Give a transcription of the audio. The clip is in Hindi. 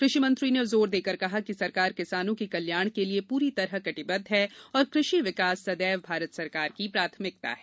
कृषि मंत्री ने जोर देकर कहा कि सरकार किसानों के कल्याण के लिए प्री तरह कटिबद्व है और कृषि विकास सदैव भारत सरकार की प्राथमिकता है